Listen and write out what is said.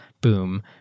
boom